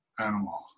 animal